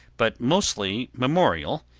but mostly memorial,